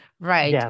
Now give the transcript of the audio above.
right